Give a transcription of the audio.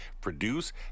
produce